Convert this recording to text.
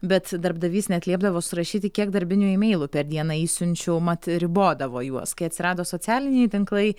bet darbdavys net liepdavo surašyti kiek darbinių imeilų per dieną išsiunčiau mat ribodavo juos kai atsirado socialiniai tinklai